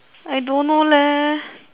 I don't know leh